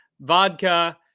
vodka